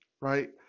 right